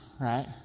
right